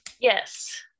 Yes